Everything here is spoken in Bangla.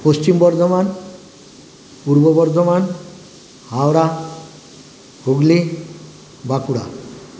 পশ্চিম বর্ধমান পূর্ব বর্ধমান হাওড়া হুগলি বাঁকুড়া